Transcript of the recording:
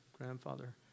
grandfather